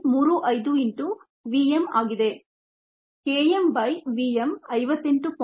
35 into v m ಆಗಿದೆ k m by v m 58